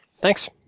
Thanks